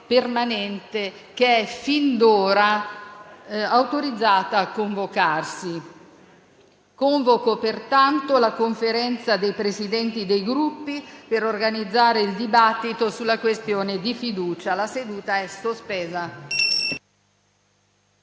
bilancio, che è fin d'ora autorizzata a convocarsi. Convoco la Conferenza dei Capigruppo per organizzare il dibattito sulla questione di fiducia. La seduta è sospesa.